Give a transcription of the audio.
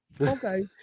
Okay